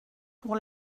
pour